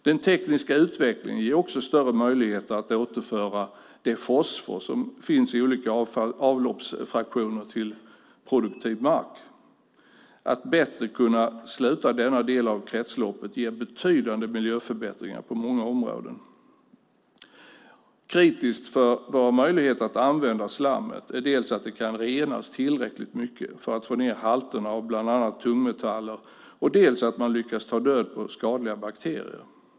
Den tekniska utvecklingen ger också större möjligheter att återföra den fosfor som finns i olika avloppsfraktioner till produktiv mark. Att bättre kunna sluta denna del av kretsloppet ger betydande miljöförbättringar på många områden. Det som är kritiskt när det gäller våra möjligheter att använda slammet handlar dels om att man ska kunna rena det tillräckligt mycket för att man ska få ned halterna av bland annat tungmetaller, dels om att man ska lyckas ta död på skadliga bakterier.